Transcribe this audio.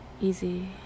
easy